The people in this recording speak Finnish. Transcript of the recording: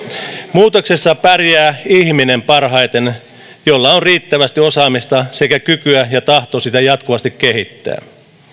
muutoksessa pärjää parhaiten ihminen jolla on riittävästi osaamista sekä kyky ja tahto sitä jatkuvasti kehittää